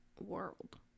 World